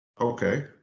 Okay